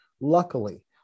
luckily